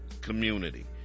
community